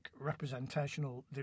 representational